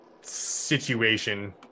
situation